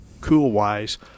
cool-wise